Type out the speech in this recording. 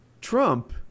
Trump